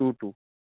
two two